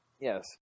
Yes